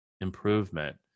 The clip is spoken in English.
improvement